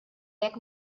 jekk